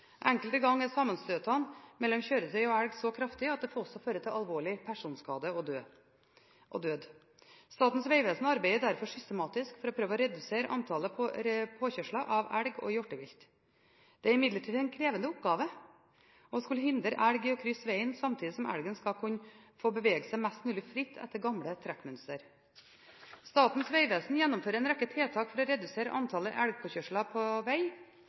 Enkelte ganger er sammenstøtet mellom kjøretøy og elg så kraftig at det også fører til alvorlig personskade og død. Statens vegvesen arbeider derfor systematisk for å prøve å redusere antallet påkjørsler av elg og hjortevilt. Det er imidlertid en krevende oppgave å hindre elgen i å krysse vegen samtidig som den skal kunne bevege seg mest mulig fritt etter gamle trekkmønstre. Statens vegvesen gjennomfører en rekke tiltak for å redusere antallet elgpåkjørsler på